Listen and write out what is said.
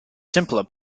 simpler